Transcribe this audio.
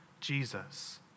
Jesus